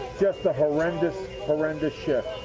just a horrendous, horrendous shift